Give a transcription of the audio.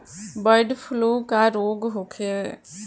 Bird flu का रोग होखे?